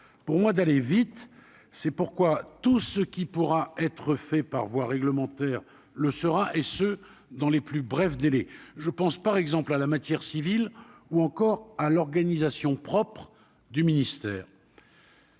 pour moi d'aller vite, c'est pourquoi tout ce qui pourra être fait par voie réglementaire, le sera et ce dans les plus brefs délais, je pense par exemple à la matière civile ou encore à l'organisation propre du ministère.